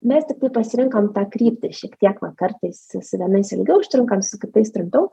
mes tiktai pasirinkom tą kryptį šiek tiek va kartais su vienais ilgiau užtrunkam su kitais trumpiau